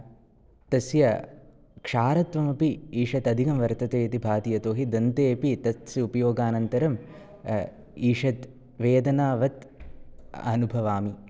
तस्य क्षारत्वम् अपि ईषदधिकं वर्तते इति भाति यतोहि दन्तेऽपि तस्य उपयोगानन्तरम् ईषद् वेदनावद् अनुभवामि